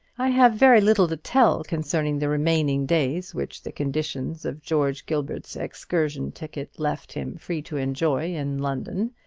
i have very little to tell concerning the remaining days which the conditions of george gilbert's excursion ticket left him free to enjoy in london.